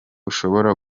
ushobora